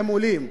הם עולים.